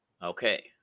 Okay